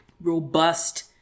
robust